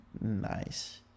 nice